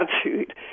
attitude